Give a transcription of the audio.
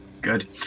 Good